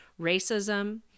racism